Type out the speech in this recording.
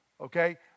Okay